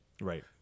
Right